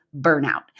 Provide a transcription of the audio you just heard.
burnout